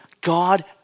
God